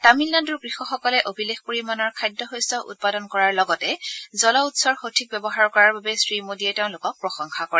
তামিলনাডুৰ কৃষকসকলে অভিলেখ পৰিমাণৰ খাদ্য শস্য উৎপাদন কৰাৰ লগতে জল উৎসৰ সঠিক ব্যৱহাৰ কৰাৰ বাবে শ্ৰীমোদীয়ে তেওঁলোকক প্ৰশংসা কৰে